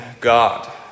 God